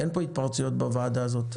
אין התפרצויות בוועדה הזאת.